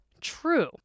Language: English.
true